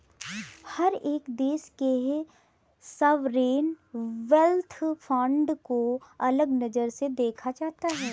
हर एक देश के सॉवरेन वेल्थ फंड को अलग नजर से देखा जाता है